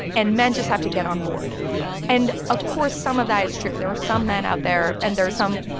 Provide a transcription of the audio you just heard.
and men just have to get on board yes and of course, some of that is true. there are some men out there and there are some,